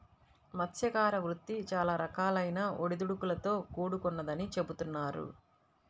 మత్స్యకార వృత్తి చాలా రకాలైన ఒడిదుడుకులతో కూడుకొన్నదని చెబుతున్నారు